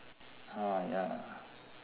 !haiya!